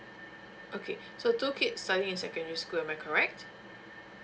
okay so two kids studying in secondary school am I correct